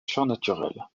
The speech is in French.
surnaturel